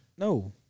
No